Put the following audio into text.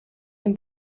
dem